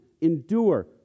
endure